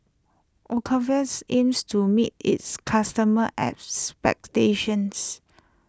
Ocuvite aims to meet its customers' back stations